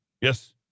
Yes